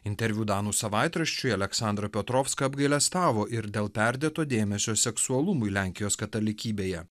interviu danų savaitraščiui aleksandra piotrovska apgailestavo ir dėl perdėto dėmesio seksualumui lenkijos katalikybėje